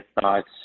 thoughts